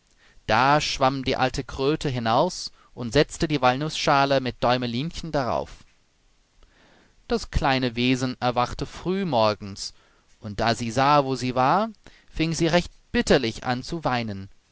da schwamm die alte kröte hinaus und setzte die walnußschale mit däumelinchen darauf das kleine wesen erwachte früh morgens und da sie sah wo sie war fing sie recht bitterlich an zu weinen